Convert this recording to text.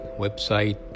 website